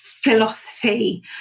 philosophy